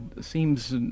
seems